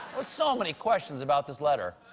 with so many questions about this letter,